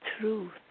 truth